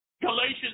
Galatians